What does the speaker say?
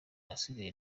ahasigaye